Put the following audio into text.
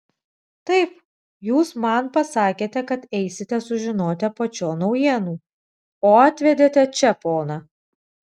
taip jūs man pasakėte kad eisite sužinoti apačion naujienų o atvedėte čia poną